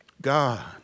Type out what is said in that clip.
God